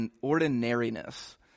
ordinariness